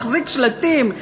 מחזיק שלטים,